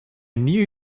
knew